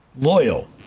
Loyal